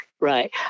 right